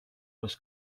was